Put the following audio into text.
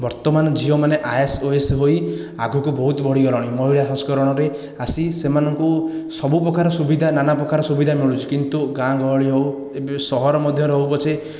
ବର୍ତ୍ତମାନ ଝିଅମାନେ IAS OAS ହୋଇ ଆଗକୁ ବହୁତ ବଢ଼ିଗଲେଣି ମହିଳା ସଂସ୍କରଣରେ ଆସି ସେମାନଙ୍କୁ ସବୁପ୍ରକାର ସୁବିଧା ନାନା ପପ୍ରକାର ସୁବିଧା ମିଳୁଛି କିନ୍ତୁ ଗାଁ ଗହଳି ହେଉ ଏବେ ସହର ମଧ୍ୟ ହେଉ ପଛେ